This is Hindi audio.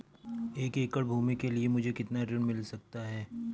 एक एकड़ भूमि के लिए मुझे कितना ऋण मिल सकता है?